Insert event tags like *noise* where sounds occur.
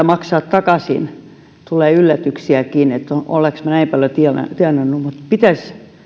*unintelligible* maksaa takaisin tulee yllätyksiäkin että olenko minä näin paljon tienannut tienannut pitäisi